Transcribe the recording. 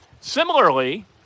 Similarly